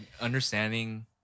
understanding